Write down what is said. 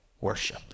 worship